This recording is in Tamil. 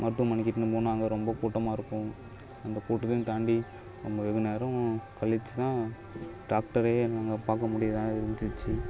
மருத்துவமனைக்கு இட்டுன்னு போனா அங்கே ரொம்ப கூட்டமாக இருக்கும் அந்த கூட்டத்தையும் தாண்டி நம்ப வெகு நேரம் கழிச்சு தான் டாக்டரைரே நாங்கள் பார்க்க முடியிறதாக இருந்துச்சு